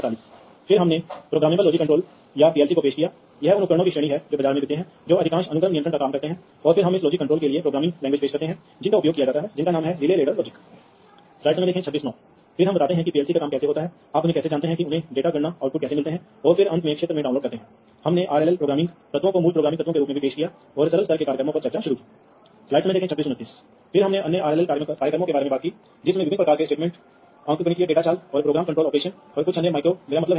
wiring लाभ देखें कि यह कैसे आता है यह इस तथ्य के कारण आता है कि यदि आपके पास है तो आइए हम 4 20 एमए कहते हैं जिसका मतलब है कि कुछ संख्या में उपकरणों को होना चाहिए कनेक्ट किया जा सकता है यदि आप सीधे पॉइंट टू से कनेक्ट करते हैं बिंदु संचार तब प्रत्येक जोड़ी उपकरणों के लिए आपको दो तारों को वास्तव में एक और बिंदु से कनेक्ट करना होगा जहां यह डेटा प्राप्त करेगा